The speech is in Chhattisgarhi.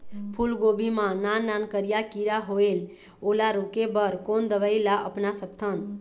फूलगोभी मा नान नान करिया किरा होयेल ओला रोके बर कोन दवई ला अपना सकथन?